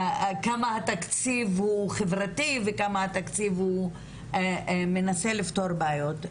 כמה התקציב הוא חברתי וכמה התקציב הוא מנסה לפתור בעיות.